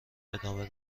دامه